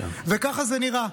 וככה זה נראה.